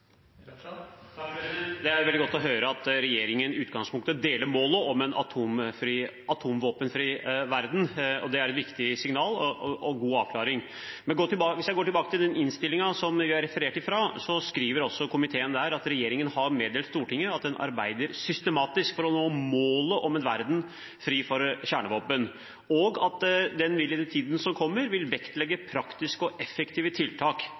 Det er veldig godt å høre at regjeringen i utgangspunktet deler målet om en atomvåpenfri verden. Det er et viktig signal og en god avklaring. Hvis jeg går tilbake til den innstillingen som jeg refererte til, skriver også komiteen der at «regjeringen har meddelt Stortinget at den arbeider systematisk for å nå målet om en verden fri for kjernevåpen, og at den i tiden som kommer vil vektlegge praktiske og effektive tiltak»